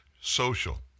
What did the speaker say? Social